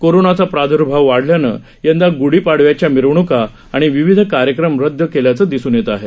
कोरोनाचा प्रादुर्भाव वाढल्यानं यंदा गूढी पाडव्याच्या मिरवणुका आणि विविध कार्यक्रम रदद केल्याचं दिसून येत आहे